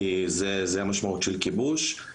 כי זו המשמעות של כיבוש,